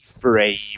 frame